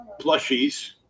plushies